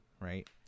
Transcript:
right